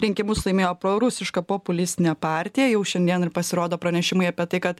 rinkimus laimėjo prorusiška populistinė partija jau šiandien ir pasirodo pranešimai apie tai kad